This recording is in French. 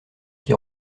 qui